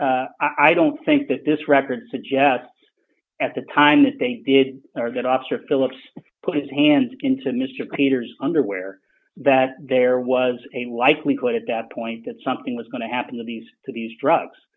i don't think that this record suggests at the time that they did or that officer phillips put his hands into mr peters underwear that there was a likelihood at that point that something was going to happen to these to these